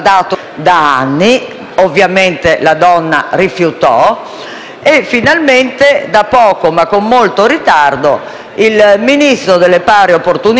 Finalmente, da poco, ma con molto ritardo, il Ministro delle pari opportunità, dopo molte promesse, ha fatto sì che questa possibilità potesse essere cancellata.